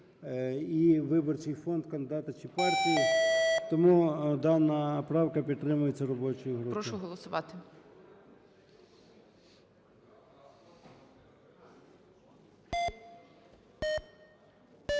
у виборчий фонд кандидата чи партії. Тому дана правка підтримується робочою групою.